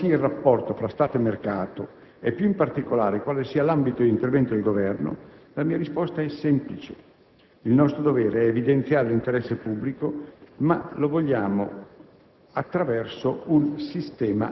che mi è stata posta - di quale sia il rapporto fra Stato e mercato e, più in particolare, di quale sia l'ambito di intervento del Governo, la mia risposta è semplice: il nostro dovere è di evidenziare l'interesse pubblico, ma lo vogliamo